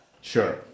Sure